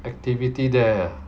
activity there